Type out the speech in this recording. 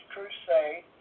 Crusade